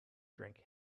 drank